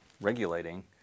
regulating